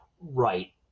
Right